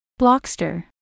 Blockster